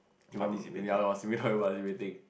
even ya lor simply tell her why is she waiting